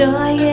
Joy